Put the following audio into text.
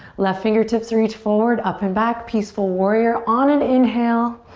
left fingertips reach forward, up and back. peaceful warrior on an inhale.